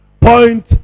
Point